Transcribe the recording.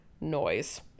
noise